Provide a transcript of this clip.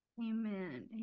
Amen